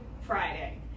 Friday